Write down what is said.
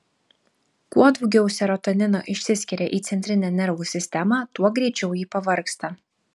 kuo daugiau serotonino išsiskiria į centrinę nervų sistemą tuo greičiau ji pavargsta